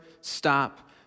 stop